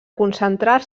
concentrar